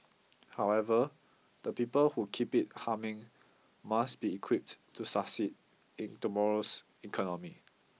however the people who keep it humming must be equipped to succeed in tomorrow's economy